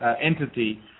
entity